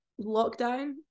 lockdown